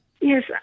Yes